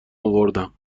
آوردم